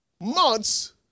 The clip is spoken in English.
months